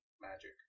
magic